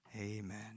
Amen